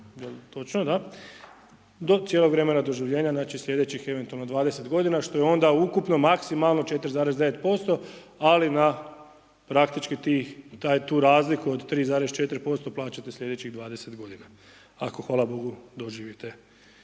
točno, da, do cijelo vremena doživljenja znači sljedećih eventualno 20 godina što je onda ukupno maksimalno 4,9% ali na praktički tih, tu razliku od 3,4% plaćate sljedećih 20 godina ako hvala Bogu doživite,